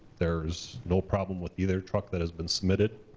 there's no problem with either truck that has been submitted.